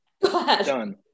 Done